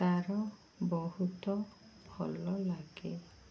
ତା'ର ବହୁତ ଭଲ ଲାଗେ